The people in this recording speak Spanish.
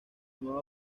nuevo